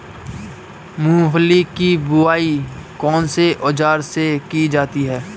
मूंगफली की बुआई कौनसे औज़ार से की जाती है?